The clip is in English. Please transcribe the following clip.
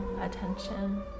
attention